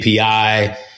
API